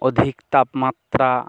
অধিক তাপমাত্রা